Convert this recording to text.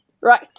Right